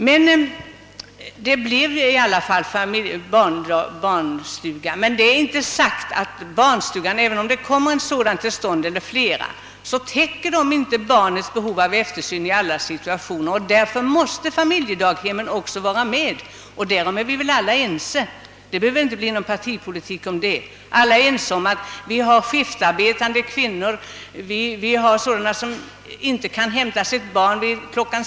Men även om det kommit en eller flera barnstugor till stånd, täcker de inte helt barnens behov av eftersyn. Därför måste familjedaghemmen vara med i bilden. Därom är vi väl alla överens. Det finns skiftarbetande kvinnor och andra som inte kan hämta sina barn kl.